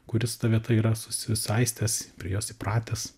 kuris su ta vieta yra susisaistęs prie jos įpratęs